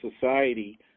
society